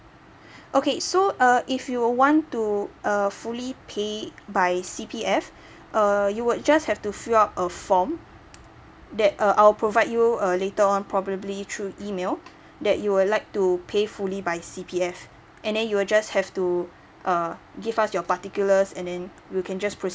okay so uh if you want to uh fully pay by C_P_F uh you would just have to fill up a form that uh I'll provide you uh later on probably through email that you would like to pay fully by C_P_F and then you will just have to uh give us your particulars and then we can just proceed